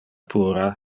puera